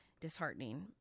disheartening